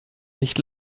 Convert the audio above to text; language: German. nicht